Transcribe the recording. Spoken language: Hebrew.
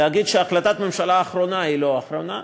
להגיד שהחלטת הממשלה האחרונה היא לא האחרונה,